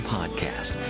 Podcast